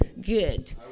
good